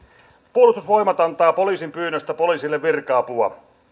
puolustusvoimat antaa poliisin pyynnöstä poliisille virka apua